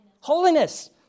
Holiness